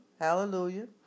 Hallelujah